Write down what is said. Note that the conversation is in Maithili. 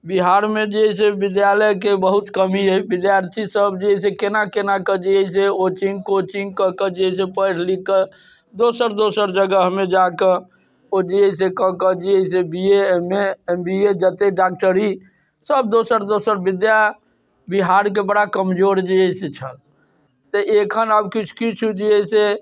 बिहारमे जे अइ से विद्यालयके बहुत कमी अइ विद्यार्थी सब जे अइ से केना के केना जे अइ से कोचिंग तोचिंग कऽ के जे छै से पढ़ि लिखिके दोसर दोसर जगहमे जाके ओ जे अइ से कऽके जे अइसँ B A M A M B A जते डॉक्टरी सब दोसर दोसर विद्या बिहारके बड़ा कमजोर जे अइ से छल तऽ एखन आब किछु किछु जे अइ से